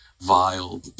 vile